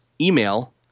email